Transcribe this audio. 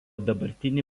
dabartinį